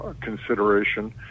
consideration